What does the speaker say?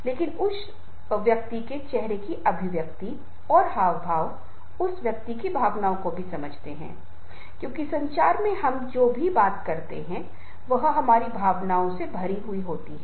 तो यह बहुत महत्वपूर्ण है कि भीतर से प्रेरणा होनी चाहिए प्रेरणा के बारे में सीखना शुरू करने के लिए एक महान जगह हमारी अपनी प्रेरणा को समझना शुरू करना है